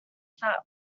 fat